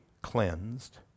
cleansed